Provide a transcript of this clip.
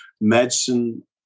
medicine